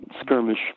skirmish